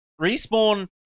Respawn